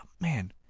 Man